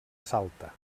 salta